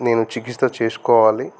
నేను చికిత్స చేసుకోవాలి